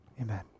amen